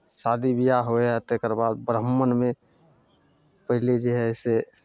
शादी ब्याह होइ हइ तकर बाद ब्राह्मणमे पहिले जे हइ से